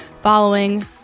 following